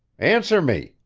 answer me!